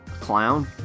Clown